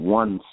one